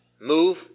Move